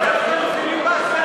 זה פיליבסטר,